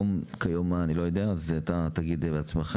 כיום אני לא יודע אז אתה תציג בעצמך.